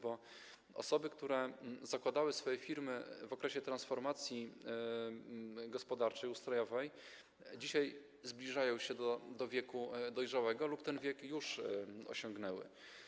Bo osoby, które zakładały swoje firmy w okresie transformacji gospodarczej, ustrojowej, dzisiaj zbliżają się do wieku dojrzałego lub ten wiek już osiągnęły.